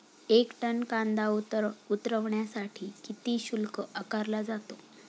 एक टन कांदा उतरवण्यासाठी किती शुल्क आकारला जातो?